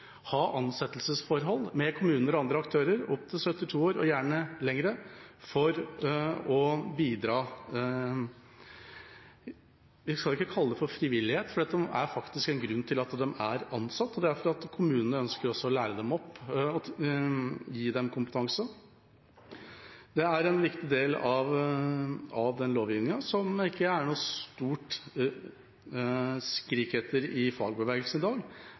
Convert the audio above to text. ha ansettelsesforhold med kommuner og andre aktører til de er 72 år, og gjerne lenger, for å bidra. Vi skal ikke kalle det frivillighet, for det er faktisk en grunn til at de er ansatt, og det er fordi kommunene ønsker å lære dem opp og gi dem kompetanse. Dette er en viktig del av den lovgivningen, som det ikke er noe høyt skrik etter i fagbevegelsen i dag,